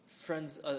friends